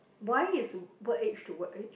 why is what age to what age